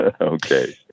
Okay